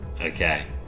okay